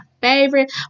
favorite